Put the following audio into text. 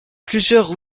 plusieurs